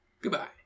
goodbye